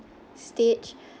stage